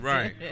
Right